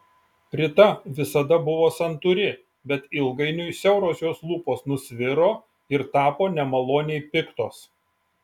rita visada buvo santūri bet ilgainiui siauros jos lūpos nusviro ir tapo nemaloniai piktos